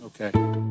Okay